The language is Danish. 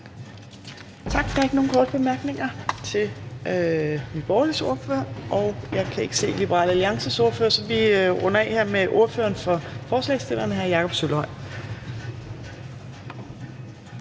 Tak. Der er ikke nogen korte bemærkninger til Nye Borgerliges ordfører, og jeg kan ikke se Liberal Alliances ordfører, så vi runder af her med ordføreren for forslagsstillerne, hr. Jakob Sølvhøj.